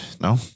No